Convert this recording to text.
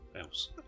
else